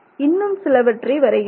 இன்னும் சிலவற்றை வரைகிறேன்